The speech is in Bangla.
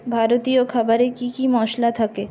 ভারতীয় খাবারে কি কি মশলা থাকে